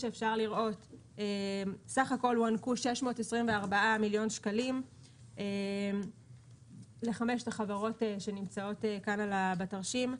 סך הכול הוענקו 624 מיליון שקלים לחמש החברות שנמצאות כאן בתרשים,